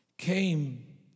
came